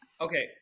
Okay